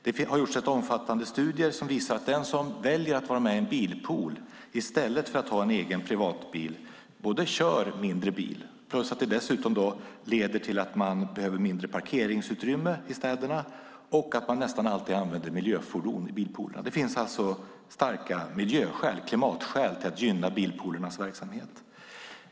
Det har gjorts rätt omfattande studier som visar att den som väljer att vara med i en bilpool i stället för att ha en egen privatbil kör mindre bil. Det leder dessutom till att man behöver mindre parkeringsutrymme i städerna. Man använder också nästan alltid miljöfordon i bilpoolerna. Det finns alltså starka miljöskäl och klimatskäl till att gynna bilpoolernas verksamhet.